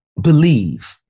believe